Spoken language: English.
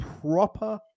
proper